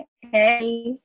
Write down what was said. hey